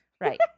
Right